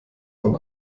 von